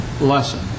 lesson